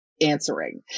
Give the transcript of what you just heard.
answering